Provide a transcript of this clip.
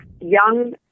young